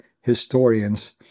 historians